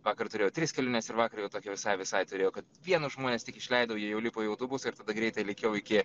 vakar turėjau tris keliones ir vakar jau tokią visai visai turėjau kad vienus žmones tik išleidau jie jau lipo į autobusą ir tada greitai lėkiau iki